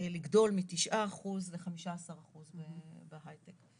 לגדול מ-9% ל-15% בהייטק.